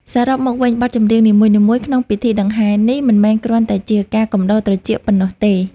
សរុបមកវិញ បទចម្រៀងនីមួយៗក្នុងពិធីដង្ហែនេះ មិនមែនគ្រាន់តែជាការកំដរត្រចៀកប៉ុណ្ណោះទេ